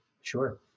sure